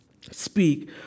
speak